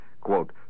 Quote